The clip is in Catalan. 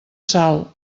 sal